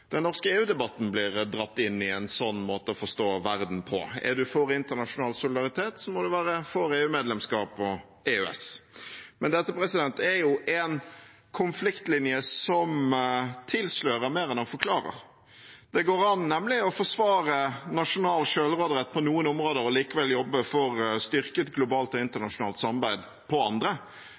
den norske EU-debatten blir dratt inn i følgende måte å forstå verden på: Er man for internasjonal solidaritet, må man være for EU-medlemskap og EØS. Men dette er en konfliktlinje som tilslører mer enn den forklarer. Det går nemlig an å forsvare nasjonal selvråderett på noen områder og likevel jobbe for styrket globalt og internasjonalt samarbeid på andre.